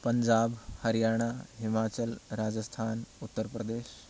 Punjab Haryana Himachal Rajasthan Uttar Pradesh